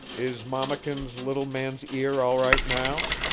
is mammakin's little man's ear all right now?